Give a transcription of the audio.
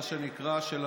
מה שנקרא,